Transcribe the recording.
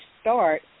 start